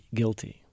guilty